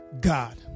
God